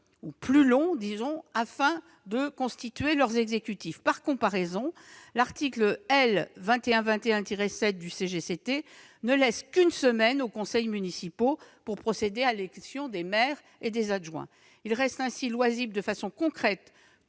plus long pour constituer leurs exécutifs. Par comparaison, l'article L. 2121-7 du CGCT ne laisse qu'une semaine aux conseils municipaux pour procéder à l'élection des maires et des adjoints. Il reste enfin loisible, de façon concrète,